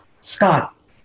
Scott